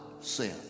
sin